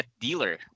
Dealer